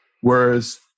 whereas